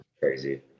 crazy